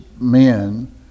men